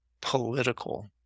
political